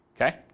Okay